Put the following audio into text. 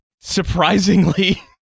surprisingly